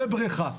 ובריכה.